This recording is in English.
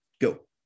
go